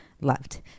loved